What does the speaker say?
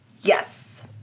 Yes